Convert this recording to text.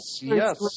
Yes